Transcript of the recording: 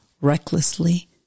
recklessly